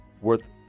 worth